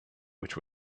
which